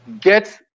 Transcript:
get